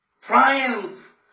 triumph